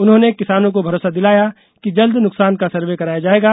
उन्होंने किसानों को भरोसा दिलाया कि जल्द नुकसान का सर्वे कराया जाएगा